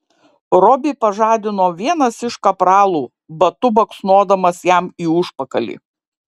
robį pažadino vienas iš kapralų batu baksnodamas jam į užpakalį